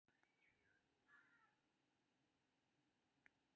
अनार महाराष्ट्र, राजस्थान, उत्तर प्रदेश, हरियाणा, आंध्र प्रदेश मे उपजाएल जाइ छै